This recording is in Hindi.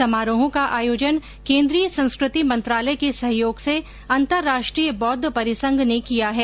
समारोहों का आयोजन केंद्रीय संस्कृति मंत्रालय के सहयोग से अंतर्राष्ट्रीय बौद्ध परिसंघ ने किया है